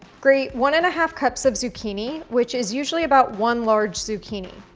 grate one and a half cups of zucchini, which is usually about one large zucchini.